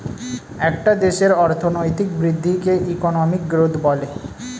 একটা দেশের অর্থনৈতিক বৃদ্ধিকে ইকোনমিক গ্রোথ বলে